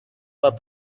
pas